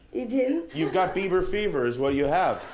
you didn't? you've got bieber fever is what you have,